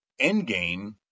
Endgame